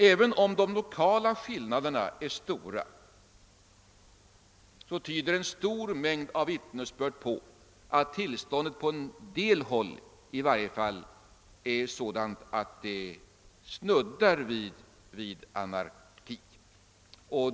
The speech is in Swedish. även om de lokala skillnaderna är stora, så tyder en mängd vittnesbörd på att tillståndet på en del håll är sådant, att det snuddar vid anarki.